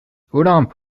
olympe